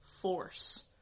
force